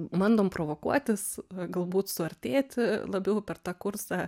bandom provokuotis galbūt suartėti labiau per tą kursą